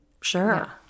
Sure